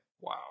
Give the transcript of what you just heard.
Wow